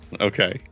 Okay